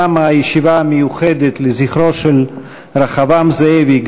תמה הישיבה המיוחדת לזכרו של רחבעם זאבי,